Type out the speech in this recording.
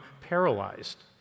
paralyzed